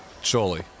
surely